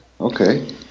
Okay